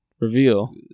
Reveal